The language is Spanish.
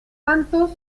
tantos